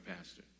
pastor